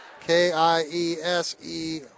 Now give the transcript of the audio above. K-I-E-S-E